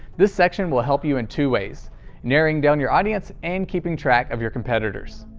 this section will help you in two ways narrowing down your audience and keeping track of your competitors.